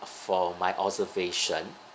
from my observation